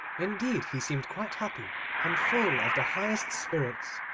indeed he seemed quite happy and full of the highest spirits.